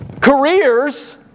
careers